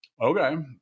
okay